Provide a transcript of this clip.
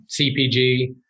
CPG